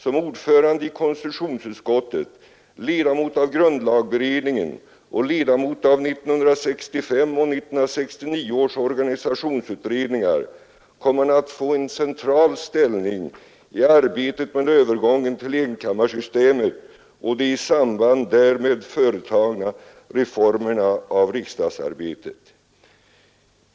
Som ordförande i konstitutionsutskottet, ledamot av grundlagberedningen och ledamot av 1965 och 1969 års organisationsutredningar kom han att få en central ställning i arbetet med övergången till enkammarsystemet och de i samband därmed företagna reformerna av riksdagsarbetet.